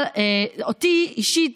אותי אישית,